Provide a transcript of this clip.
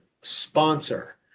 sponsor